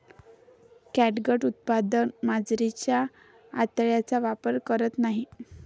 catgut उत्पादक मांजरीच्या आतड्यांचा वापर करत नाहीत